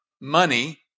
money